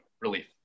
relief